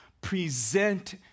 present